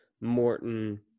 Morton